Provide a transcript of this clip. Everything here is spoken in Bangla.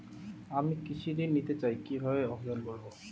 আমি কৃষি ঋণ নিতে চাই কি ভাবে আবেদন করব?